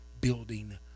building